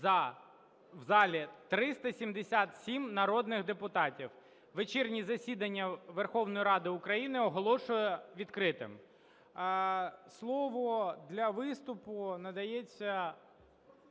В залі 377 народних депутатів. Вечірнє засідання Верховної Ради України оголошую відкритим. Слово для виступу надається